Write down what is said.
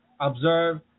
observe